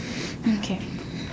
okay